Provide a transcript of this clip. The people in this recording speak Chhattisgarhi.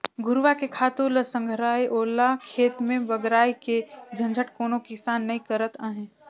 घुरूवा के खातू ल संघराय ओला खेत में बगराय के झंझट कोनो किसान नइ करत अंहे